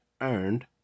earned